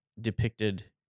depicted